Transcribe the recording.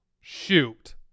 shoot